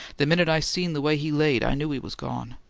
the minute i seen the way he laid, i knew he was gone.